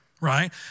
right